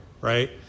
right